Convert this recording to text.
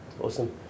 Awesome